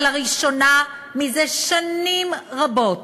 אבל לראשונה מזה שנים רבות